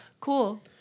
Cool